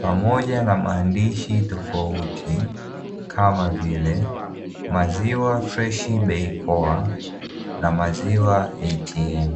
pamoja na maandishi tofauti kama vile maziwa freshi bei poa na maziwa ATM.